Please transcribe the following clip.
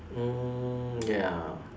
mm ya